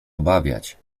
obawiać